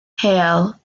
hale